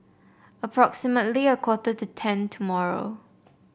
approximately a quarter to ten tomorrow